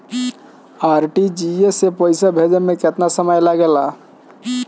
RTGS से पैसा भेजे में केतना समय लगे ला?